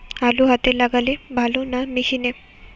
আলু হাতে লাগালে ভালো না মেশিনে?